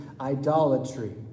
idolatry